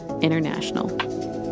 International